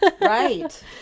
right